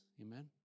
Amen